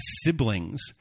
siblings